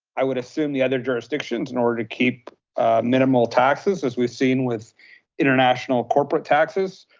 i would assume the other jurisdictions in order to keep minimal taxes, as we've seen with international corporate taxes,